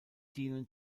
dienen